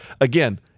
Again